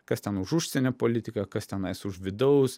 kas ten už užsienio politiką kas tenais už vidaus